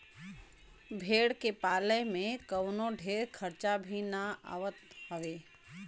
भेड़ के पाले में कवनो ढेर खर्चा भी ना आवत हवे